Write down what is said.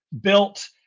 built